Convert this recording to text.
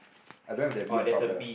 I don't have that bee on top the